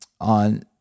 on